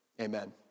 amen